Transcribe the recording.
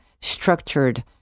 structured